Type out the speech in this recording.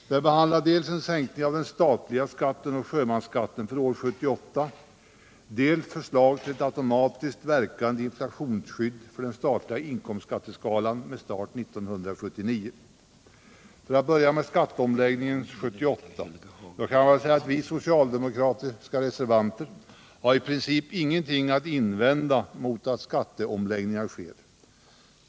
Där behandlas = politiken m.m. dels sänkningen av den statliga skatten och sjömansskatten för år 1978, dels förslag till ett automatiskt verkande inflationsskydd för den statliga inkomstskatteskalan med start 1979. För att börja med skatteomläggningen 1978 kan jag säga att vi socialdemokratiska reservanter har i princip ingenting att invända mot att skatteomläggningar sker.